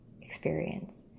experience